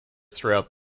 throughout